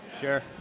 sure